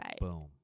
boom